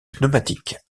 pneumatique